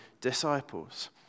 disciples